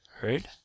Right